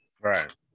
right